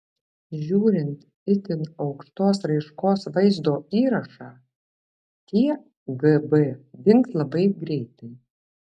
žiūrint itin aukštos raiškos vaizdo įrašą tie gb dings labai greitai